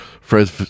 Fred